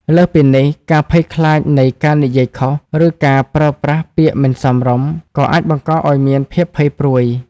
លើសពីនេះ ការភ័យខ្លាចនៃការនិយាយខុស ឬការប្រើប្រាស់ពាក្យមិនសមរម្យ ក៏អាចបង្កឱ្យមានភាពភ័យព្រួយ។